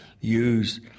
use